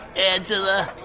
angela.